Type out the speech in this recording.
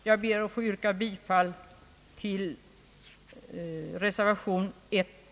Jag ber att få yrka bifall till reservation 1a.